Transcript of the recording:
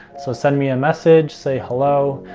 so send me a message, say hello.